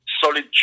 solid